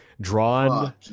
drawn